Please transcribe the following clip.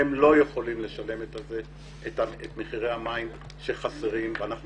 הם לא יכולים לשלם את מחירי המים שחסרים ואנחנו